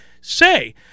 say